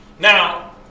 Now